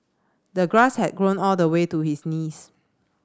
the grass had grown all the way to his knees